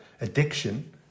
addiction